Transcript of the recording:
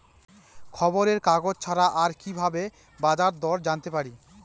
খবরের কাগজ ছাড়া আর কি ভাবে বাজার দর জানতে পারি?